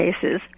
cases